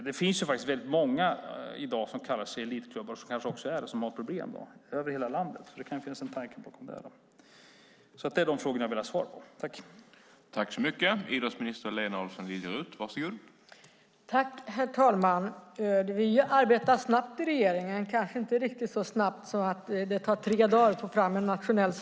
Det finns faktiskt väldigt många över hela landet som kallar sig elitklubbar och som kanske också är det som har problem, så det kan finnas en tanke bakom det. Dessa frågor vill jag ha svar på.